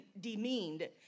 demeaned